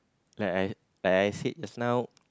like I like I said just now